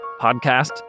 podcast